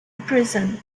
prison